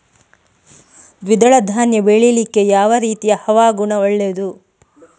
ದ್ವಿದಳ ಧಾನ್ಯ ಬೆಳೀಲಿಕ್ಕೆ ಯಾವ ರೀತಿಯ ಹವಾಗುಣ ಒಳ್ಳೆದು?